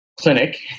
clinic